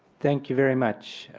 thank you very much.